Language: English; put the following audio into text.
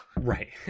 Right